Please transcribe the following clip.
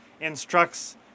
instructs